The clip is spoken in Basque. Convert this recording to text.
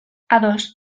ados